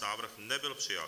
Návrh nebyl přijat.